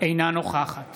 אינה נוכחת